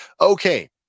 Okay